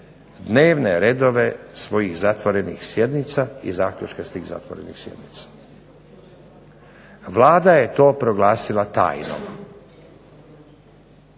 dnevne redove svojih zatvorenih sjednica i zaključke s tih zatvorenih sjednica. Vlada je to proglasila tajnom.